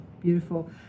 beautiful